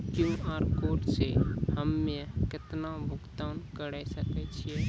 QR code से हम्मय केतना भुगतान करे सके छियै?